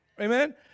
Amen